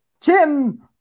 jim